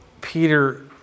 Peter